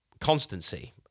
constancy